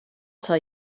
tell